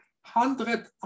hundred